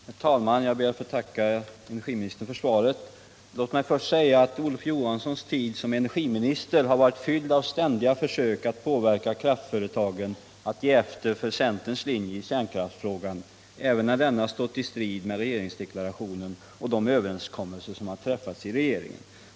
Herr talman! Jag ber att få tacka energiministern för svaret. Låt mig först säga att Olof Johanssons tid som energiminister har varit fylld av ständiga försök att påverka kraftföretagen att ge efter för centerns linje i kärnkraftsfrågan, även när denna stått i strid med regeringsdeklarationenoch Nr 63 de överenskommelser som har träffats i regeringen.